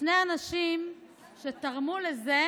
שני אנשים שתרמו לזה